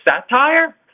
satire